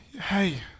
Hey